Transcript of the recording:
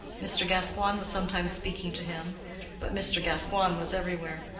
mr. gascoigne was sometimes speaking to him but mr. gascoigne was everywhere.